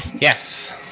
Yes